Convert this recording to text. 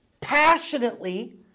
passionately